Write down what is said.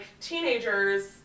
teenagers